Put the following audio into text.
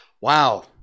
Wow